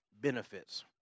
benefits